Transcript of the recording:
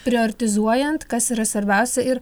prioretizuojant kas yra svarbiausia ir